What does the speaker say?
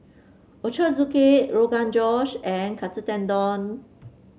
Ochazuke Rogan Josh and Katsu Tendon